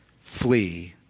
Flee